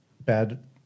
bad